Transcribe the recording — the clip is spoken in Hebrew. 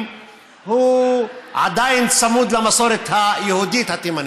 הוא עדיין צמוד למסורת היהודית התימנית,